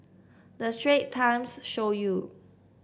the Straits Times show you